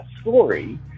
story